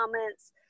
comments